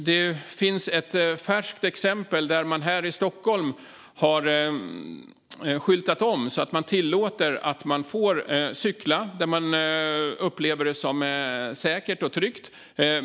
Det finns ett färskt exempel härifrån Stockholm där man har skyltat om så att cykling tillåts mot bilarnas enkelriktning där det upplevs som säkert och tryggt.